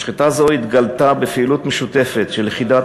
משחטה זו התגלתה בפעילות משותפת של יחידת